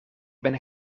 ben